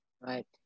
right